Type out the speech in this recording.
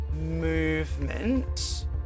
Movement